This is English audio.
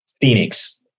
Phoenix